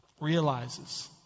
realizes